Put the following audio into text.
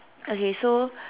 okay so